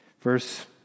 Verse